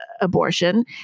abortion